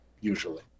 Usually